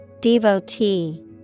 Devotee